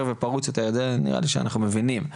ופרוץ יותר זה נראה לי שאנחנו מבינים,